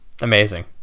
amazing